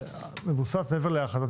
מבוסס מעבר להחלטת